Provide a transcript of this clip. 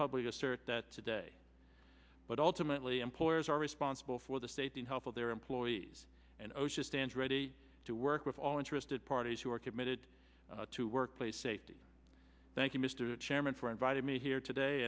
public assert that today but ultimately employers are responsible for the state the health of their employees and osha stands ready to work with all interested parties who are committed to workplace safety thank you mr chairman for inviting me here today